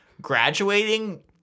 graduating